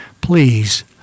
Please